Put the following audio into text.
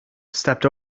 stepped